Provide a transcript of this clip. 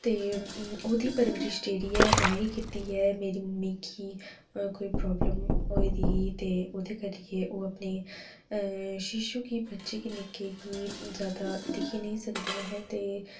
ते ओह्दी परबरिश जेह्ड़ी ऐ में गै कीती ऐ मेरी मम्मी गी कोई प्राब्लम होई दी ही ओह्दे करियै ओह् अपने शिशु गी अपने बच्चे गी निकके गी जेह्दा दिक्खी नेईं सकदियां हियां ते ओह्दे करी में गे उं'दा पालन पोशन करदी ही